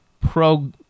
pro